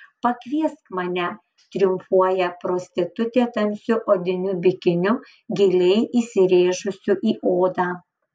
pakviesk mane triumfuoja prostitutė tamsiu odiniu bikiniu giliai įsirėžusiu į odą